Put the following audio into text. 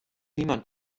niemand